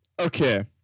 Okay